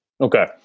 Okay